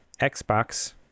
Xbox